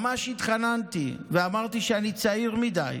ממש התחננתי, ואמרתי שאני צעיר מדי.